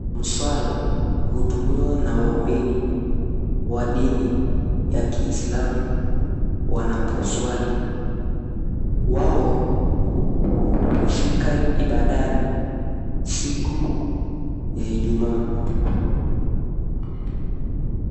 Mswala hutumiwa na wahumini wa dini ya Kiislamu wanaposwali. Wao hufika ibadani siku ya Ijumaa.